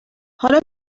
حالا